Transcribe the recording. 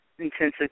intensive